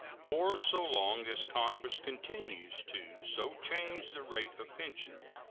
or so long as congress continues to so change the rates of pension.